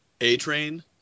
A-Train